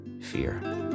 fear